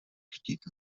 chtít